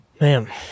Man